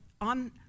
on